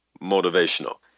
motivational